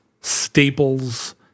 staples